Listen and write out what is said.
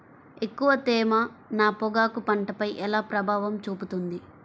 ఎక్కువ తేమ నా పొగాకు పంటపై ఎలా ప్రభావం చూపుతుంది?